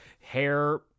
Hair